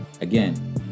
again